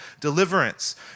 deliverance